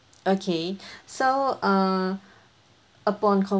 okay so uh upon